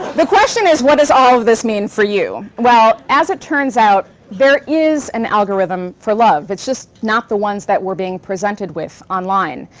the question is, what does all of this mean for you? well, as it turns out, there is an algorithm for love. it's just not the ones that we're being presented with online.